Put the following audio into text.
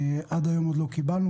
ועד היום עוד לא קיבלנו.